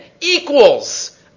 equals